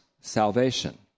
salvation